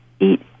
eat